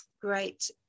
great